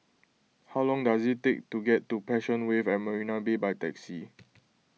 how long does it take to get to Passion Wave at Marina Bay by taxi